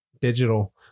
digital